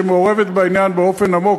שמעורבת בעניין באופן עמוק,